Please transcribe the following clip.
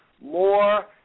more